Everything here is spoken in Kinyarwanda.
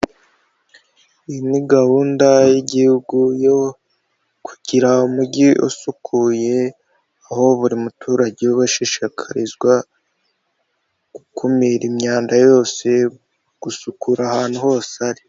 Iyi ni gahunda y'igihugu yo kugira umujyi usukuye, aho buri muturage ubashishikarizwa gukumira imyanda yose, gusukura ahantu hose ari.